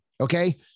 Okay